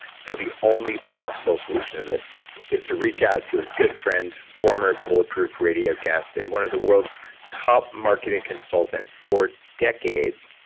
so, the only possible solution to this is to reach out to a good friend former bulletproof radio guest and one of the world's top marketing consultant for decades,